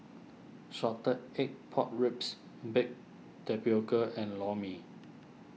Salted Egg Pork Ribs Baked Tapioca and Lor Mee